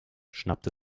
schnappte